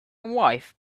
wife